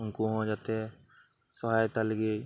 ᱩᱱᱠᱩᱦᱚᱸ ᱡᱟᱛᱮ ᱥᱚᱦᱟᱭᱚᱛᱟ ᱞᱟᱹᱜᱤᱫ